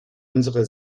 unsere